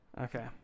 Okay